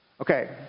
Okay